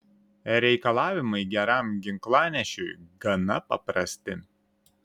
reikalavimai geram ginklanešiui gana paprasti